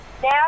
Now